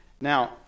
Now